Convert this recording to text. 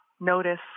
notice